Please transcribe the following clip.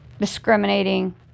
discriminating